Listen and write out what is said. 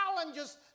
challenges